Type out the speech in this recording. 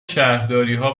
شهرداریها